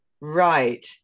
Right